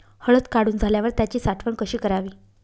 हळद काढून झाल्यावर त्याची साठवण कशी करावी?